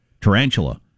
Tarantula